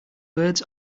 birds